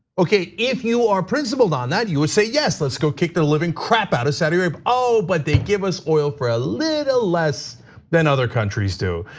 okay, if you are principled on that, you would say yes, let's go kick the living crap out of saudi arabia. but they give us oil for a little less than other countries do.